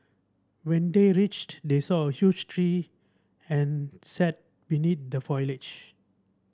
when they reached they saw a huge tree and sat beneath the foliage